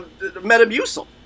metamucil